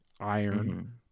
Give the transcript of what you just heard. iron